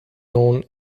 known